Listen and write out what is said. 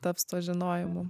taps tuo žinojimu